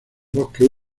bosques